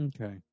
Okay